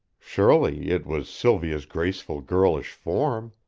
surely it was sylvia's graceful girlish form!